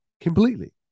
Completely